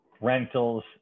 rentals